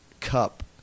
cup